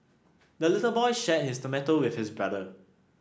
the little boy shared his tomato with his brother